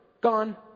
Gone